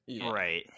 Right